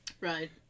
right